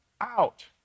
out